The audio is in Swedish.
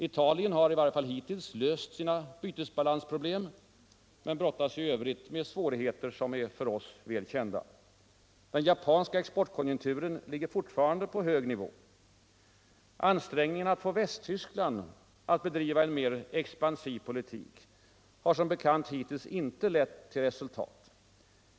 Italien har i varje fall hittills löst sina bytesbalansproblem men brottas ju i övrigt med svårigheter som är välkända. Den japanska exportkonjunkturen ligger fortfarande på en hög nivå. Ansträngningarna att få Västtyskland att bedriva en mer expansiv politik har som bekant hittills inte lett till resultat.